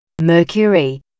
Mercury